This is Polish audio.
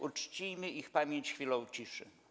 Uczcijmy ich pamięć chwilą ciszy.